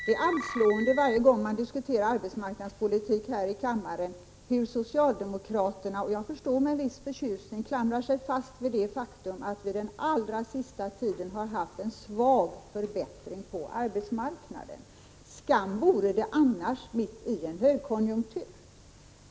Herr talman! Varje gång vi diskuterar arbetsmarknadspolitik här i kammaren är det anslående hur socialdemokraterna — jag förstår att det är med en viss förtjusning — klamrar sig fast vid det faktum att vi den allra sista tiden haft en svag förbättring av arbetsmarknaden. Skam vore det annars — mitt i en högkonjunktur.